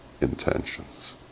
intentions